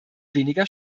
weniger